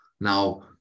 now